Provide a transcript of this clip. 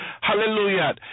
Hallelujah